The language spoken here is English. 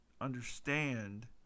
understand